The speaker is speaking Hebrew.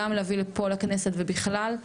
גם להביא לפה לכנסת ובכלל.